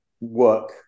work